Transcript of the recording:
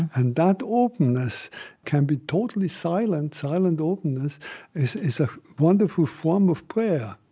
and that openness can be totally silent. silent openness is is a wonderful form of prayer